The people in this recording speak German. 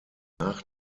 nach